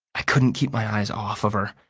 i couldn't keep my eyes off of her.